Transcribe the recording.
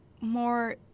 more